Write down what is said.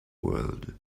world